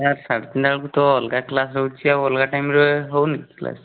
sir ସାଢ଼େ ତିନିଟା ବେଳକୁ ତ ଅଲଗା କ୍ଲାସ୍ ହେଉଛି ଆଉ ଅଲଗା ଟାଇମ୍ରେ ହେଉନି କ୍ଲାସ୍